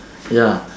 ya